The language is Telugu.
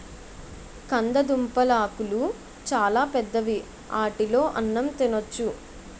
కందదుంపలాకులు చాలా పెద్దవి ఆటిలో అన్నం తినొచ్చు